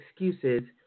excuses